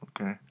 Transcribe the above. Okay